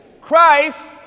Christ